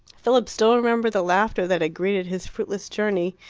philip still remembered the laughter that had greeted his fruitless journey,